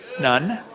none.